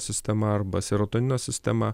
sistema arba serotonino sistema